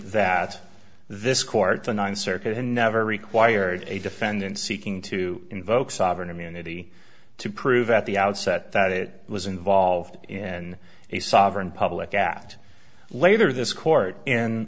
that this court the ninth circuit in never required a defendant seeking to invoke sovereign immunity to prove at the outset that it was involved in a sovereign public at later this court in